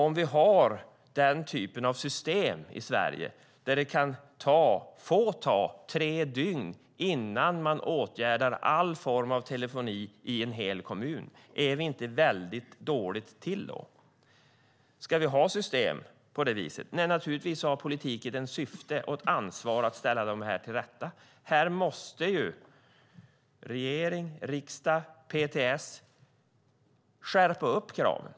Om vi har den typen av system i Sverige, där det kan få ta tre dygn innan man åtgärdar all form av telefoni i en hel kommun, undrar jag: Ligger vi inte väldigt dåligt till? Ska vi ha system på det viset? Nej, naturligtvis har politiken ett syfte och ett ansvar att ställa det här till rätta. Här måste regering, riksdag och PTS skärpa kraven.